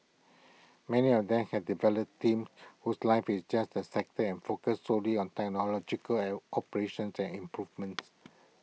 many of them have developed teams whose life is just their sector and focus solely on technological L operations to and improvements